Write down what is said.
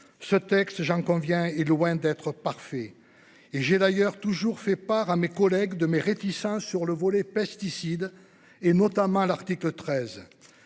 ce texte j'en conviens, est loin d'être parfait. Et j'ai d'ailleurs toujours fait part à mes collègues de mes réticences sur le volet pesticides et notamment l'article 13.